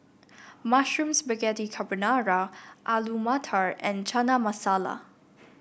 Mushroom Spaghetti Carbonara Alu Matar and Chana Masala